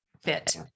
fit